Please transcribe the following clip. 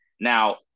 Now